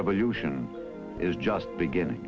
revolution is just beginning